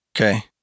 Okay